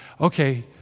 okay